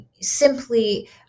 simply